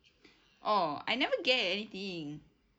oh I never get anything